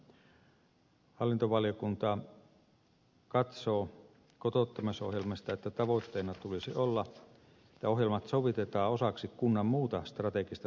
hallintovaliokunta katsoo kotouttamisohjelmista että tavoitteena tulisi olla että ohjelmat sovitetaan osaksi kunnan muuta strategista suunnittelua